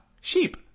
Sheep